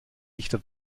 dichter